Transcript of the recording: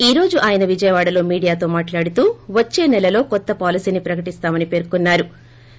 ఈ రోజు ఆయన విజయవాడలో మీడియాతో మాట్లాడుతూ వచ్చే నెలలో కొత్త పాలసీని ప్రకటిస్తామని పేర్కొన్సారు